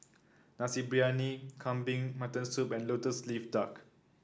Nasi Briyani Kambing Mutton Soup and lotus leaf duck